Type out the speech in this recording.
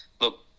look